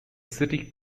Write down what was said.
city